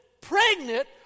pregnant